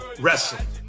Wrestling